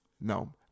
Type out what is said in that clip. No